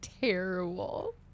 terrible